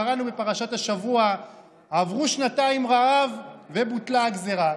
קראנו בפרשת השבוע שעברו שנתיים רעב ובוטלה הגזרה.